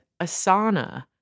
Asana